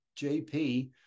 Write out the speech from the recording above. JP